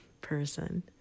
person